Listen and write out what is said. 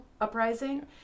Uprising